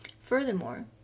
furthermore